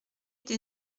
des